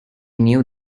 knew